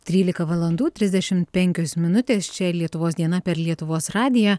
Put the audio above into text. trylika valandų trisdešimt penkios minutės čia lietuvos diena per lietuvos radiją